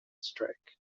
strike